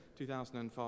2005